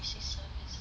is same as